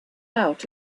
out